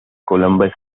columbus